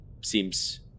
seems